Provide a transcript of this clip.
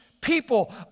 people